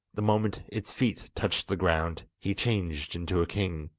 the moment its feet touched the ground he changed into a king.